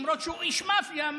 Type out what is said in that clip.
למרות שהוא איש מאפיה,